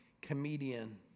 comedian